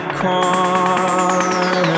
corner